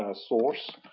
ah source,